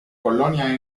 colonia